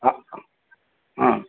ஆ